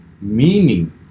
Meaning